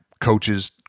coaches